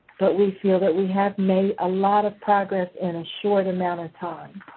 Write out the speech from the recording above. but we feel that we have made a lot of progress in a short amount of time.